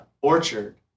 orchard